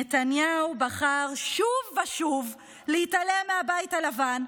נתניהו בחר שוב ושוב להתעלם מהבית הלבן,